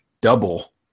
double